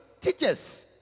teachers